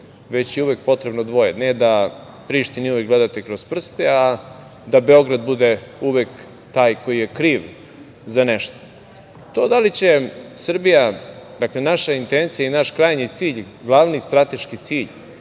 već je uvek potrebno dvoje, ne da Prištini uvek gledate kroz prste, a da Beograd bude uvek taj koji je kriv za nešto. To da li će Srbija, dakle, naša intencija i naš krajnji cilj, glavni strateški cilj,